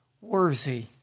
worthy